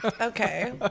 Okay